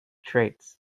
traits